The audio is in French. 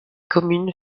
communes